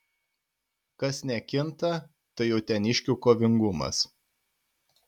kas nekinta tai uteniškių kovingumas